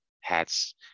hats